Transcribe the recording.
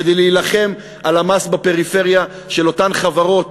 כדי להילחם על המס בפריפריה של אותן חברות,